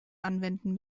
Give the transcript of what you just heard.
anwenden